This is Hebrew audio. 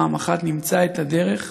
פעם אחת נמצא את הדרך